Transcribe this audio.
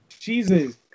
Jesus